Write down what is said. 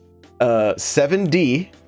7D